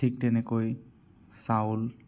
ঠিক তেনেকৈ চাউল